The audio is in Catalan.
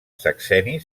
sexenni